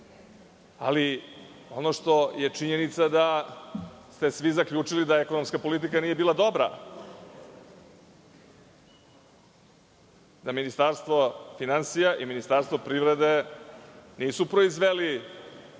Ono što je činjenica je da ste svi zaključili da ekonomska politika nije bila dobra, da Ministarstvo finansija i Ministarstvo privrede nisu proizveli